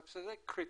זה קריטי.